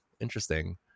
interesting